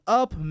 up